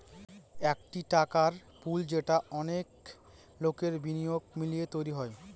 একটি টাকার পুল যেটা অনেক লোকের বিনিয়োগ মিলিয়ে তৈরী হয়